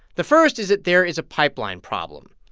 the first is that there is a pipeline problem.